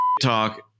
talk